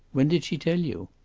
when did she tell you?